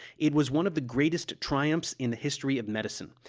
it was one of the greatest triumphs in the history of medicine.